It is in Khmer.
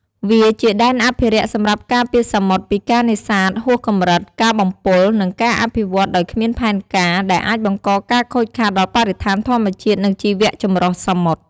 វាជាដែនអភិរក្សសម្រាប់ការពារសមុទ្រពីការនេសាទហួសកម្រិត ការបំពុល និងការអភិវឌ្ឍដោយគ្មានផែនការ ដែលអាចបង្កការខូចខាតដល់បរិស្ថានធម្មជាតិ និងជីវចម្រុះសមុទ្រ។